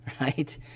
right